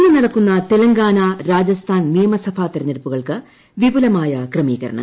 ഇന്ന് നടക്കുന്ന തെലങ്കാന രാജസ്ഥാൻ നിയമസഭാ തെരഞ്ഞെടുപ്പുകൾക്ക് വിപുലമായ ക്രമീകരണങ്ങൾ